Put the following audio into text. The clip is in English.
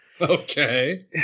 okay